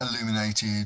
illuminated